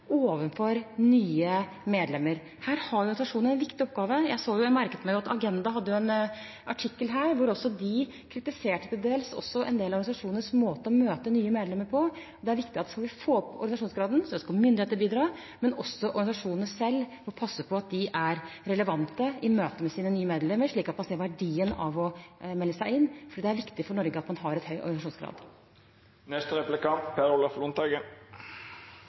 overfor nye medlemmer. Her har organisasjonene en viktig oppgave. Jeg merket meg at Agenda hadde en artikkel hvor de også til dels kritiserte en del organisasjoners måte å møte nye medlemmer på. Det er viktig at for å få opp organisasjonsgraden skal myndighetene bidra, men også organisasjonene selv må passe på at de er relevante i møtene sine med nye medlemmer, slik at man ser verdien av å melde seg inn. For det er viktig for Norge at man har en høy